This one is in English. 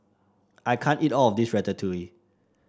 I can't eat all of this Ratatouille